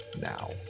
now